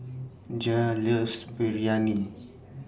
Jair loves Biryani